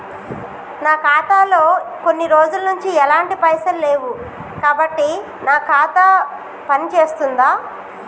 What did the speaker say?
నా ఖాతా లో కొన్ని రోజుల నుంచి ఎలాంటి పైసలు లేవు కాబట్టి నా ఖాతా పని చేస్తుందా?